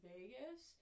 Vegas